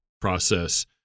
process